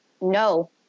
No